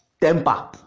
temper